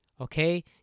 Okay